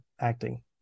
acting